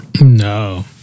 no